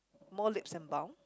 more leaps and bound